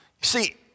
See